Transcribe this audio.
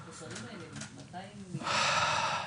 יואב,